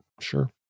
sure